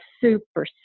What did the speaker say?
super